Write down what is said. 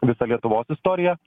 visą lietuvos istoriją